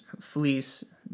fleece